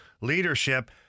leadership